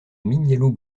mignaloux